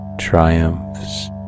triumphs